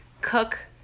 cook